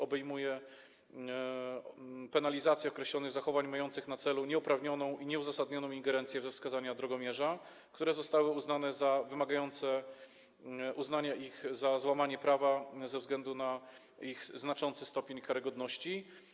Obejmuje ona penalizację określonych zachowań mających na celu nieuprawnioną i nieuzasadnioną ingerencję we wskazania drogomierza, które zostały uznane za wymagające uznania ich za złamanie prawa ze względu na znaczący stopień ich karygodności.